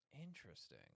Interesting